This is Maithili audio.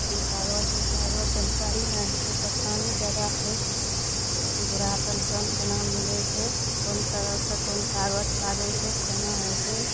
ई कागज उ कागज जानकारी नहि होइ छै परेशानी जादा छै बुढ़ा पेंशन केना मिलय छै कोन तरहसँ कोन कागज लागय छै केना होइ छै